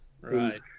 Right